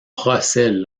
procès